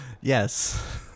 yes